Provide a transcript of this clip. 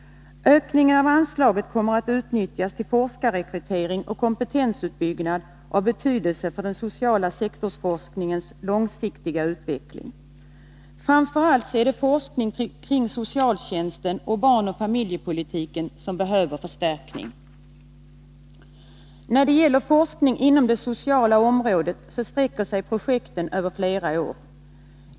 Ökningen av anslaget kommer att utnyttjas till forskarrekrytering och kompetensuppbyggnad av betydelse för den sociala sektorsforskningens långsiktiga utveckling. Framför allt är det forskning kring socialtjänsten och barnoch familjepolitiken som behöver förstärkning. När det gäller forskning inom det sociala området så sträcker sig projekten över flera år.